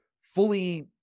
fully